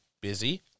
busy